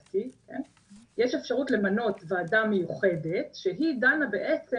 יש אפשרות למנות ועדה מיוחדת שהיא דנה בעצם